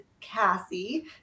Cassie